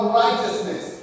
righteousness